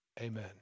Amen